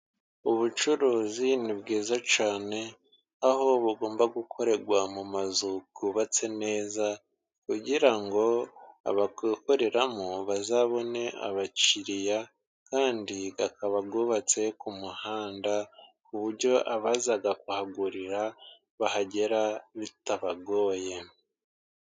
Ubucuruzi ni bwiza cyane aho bugomba gukorerwa mu mazu yubatse neza, kugira ngo abakoreramo bazabone abakiriya, kandi akaba yubatse ku muhanda, ku buryo abaza kuhagurira bahagera bitabagoye.